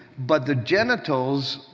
but the genitals,